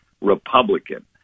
Republican